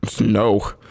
No